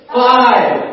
five